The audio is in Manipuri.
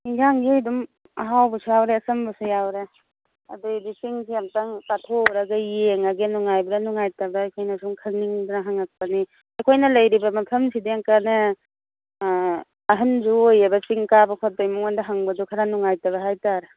ꯍꯦꯟꯖꯥꯡꯁꯦ ꯑꯗꯨꯝ ꯑꯍꯥꯎꯕꯁꯨ ꯌꯥꯎꯔꯦ ꯑꯆꯝꯕꯁꯨ ꯌꯥꯎꯔꯦ ꯑꯗꯨ ꯑꯣꯏꯔꯗꯤ ꯆꯤꯡꯁꯦ ꯑꯃꯨꯛꯇꯪ ꯀꯥꯊꯣꯛꯎꯔꯒ ꯌꯦꯡꯉꯒꯦ ꯅꯨꯡꯉꯥꯏꯕ꯭ꯔꯥ ꯅꯨꯡꯉꯥꯏꯇꯕ꯭ꯔꯥ ꯍꯥꯏꯕꯁꯤ ꯁꯨꯝ ꯈꯪꯅꯤꯡꯗꯅ ꯍꯪꯉꯛꯄꯅꯦ ꯑꯩꯈꯣꯏꯅ ꯂꯩꯔꯤꯕ ꯃꯐꯝꯁꯤꯗꯤ ꯑꯃꯨꯛꯀꯅꯦ ꯑꯍꯜꯁꯨ ꯑꯣꯏꯌꯦꯕ ꯆꯤꯡ ꯀꯥꯕ ꯈꯣꯠꯄꯒꯤ ꯃꯉꯣꯟꯗ ꯍꯪꯕꯗꯨ ꯈꯔꯥ ꯅꯨꯡꯉꯥꯏꯇꯕ ꯍꯥꯏꯇꯥꯔꯦ